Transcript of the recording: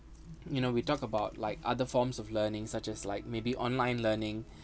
you know we talk about like other forms of learning such as like maybe online learning